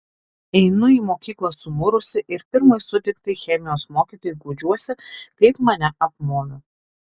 einu į mokyklą sumurusi ir pirmai sutiktai chemijos mokytojai guodžiuosi kaip mane apmovė